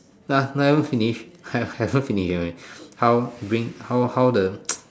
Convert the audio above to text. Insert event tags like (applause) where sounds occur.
ah never finish hav~ haven't finish okay how how how the (noise)